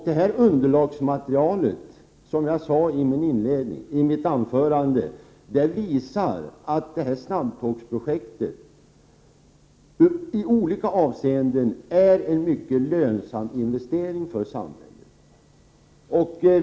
Det materialet visar, som jag sade i mitt huvudanförande, att snabbtågsprojektet i olika avseenden är en mycket lönsam investering för samhället.